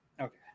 Okay